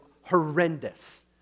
horrendous